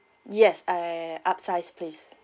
yes I upsize please